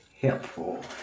helpful